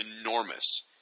enormous